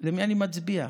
למי אני מצביע.